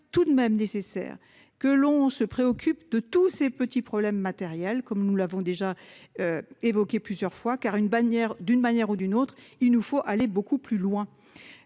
tout de même nécessaire que l'on se préoccupe de tous ces petits problèmes matériels comme nous l'avons déjà. Évoqué plusieurs fois car une bannière, d'une manière ou d'une autre, il nous faut aller beaucoup plus loin.